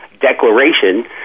declaration